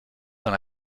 dans